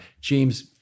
James